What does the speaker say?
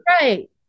Right